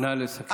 נא לסכם.